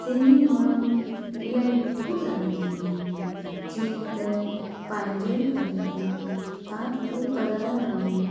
सिंधी माण्हूं इलाही मिठो ॻाल्हाईंदा आहिनि जीअं त पंहिंजो ई घरु अथव तव्हां थोरे ई पराया आहियो